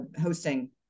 hosting